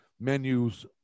menus